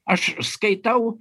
aš skaitau